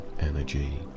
energy